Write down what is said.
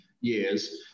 years